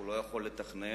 הוא לא יכול לתכנן,